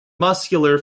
muscular